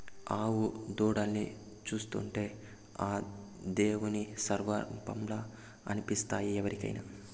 ఆవు దూడల్ని చూస్తుంటే ఆ దేవుని స్వరుపంలా అనిపిస్తాయి ఎవరికైనా